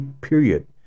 period